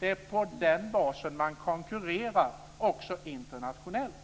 Det är på den basen man konkurrerar också internationellt.